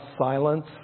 silence